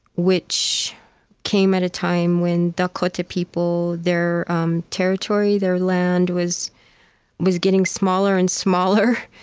which came at a time when dakota people, their um territory, their land, was was getting smaller and smaller,